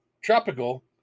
Tropical